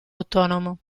autonomo